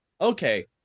okay